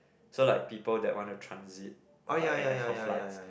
so like people they want to transit like and end for flights